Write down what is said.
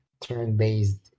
turn-based